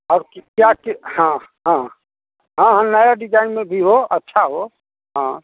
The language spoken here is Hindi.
और क्या कि हाँ हाँ हाँ हाँ नया डिजाइन में भी हो अच्छा हो हाँ